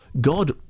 God